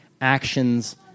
actions